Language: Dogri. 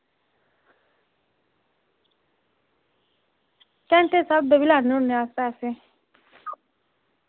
घैंटे दे स्हाबै दे बी अस लैने होने अस पैसे